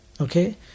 Okay